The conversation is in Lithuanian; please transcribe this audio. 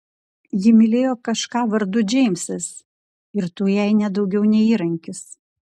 ji mylėjo kažką vardu džeimsas ir tu jai ne daugiau nei įrankis